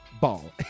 ball